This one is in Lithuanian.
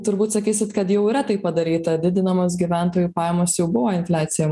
turbūt sakysit kad jau yra taip padaryta didinamos gyventojų pajamos jau buvo infliacija